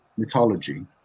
Mythology